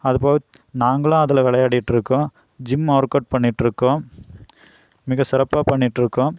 அது போக நாங்களும் அதில் விளையாடிகிட்டு இருக்கோம் ஜிம் ஒர்க் அவுட் பண்ணிட்டு இருக்கோம் மிகச் சிறப்பாக பண்ணிட்டு இருக்கோம்